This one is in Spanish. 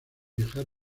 dejar